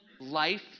life